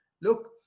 look